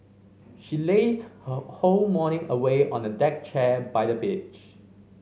she lazed her whole morning away on a deck chair by the beach